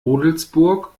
rudelsburg